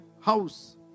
house